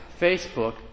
Facebook